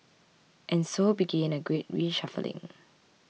and so began a great reshuffling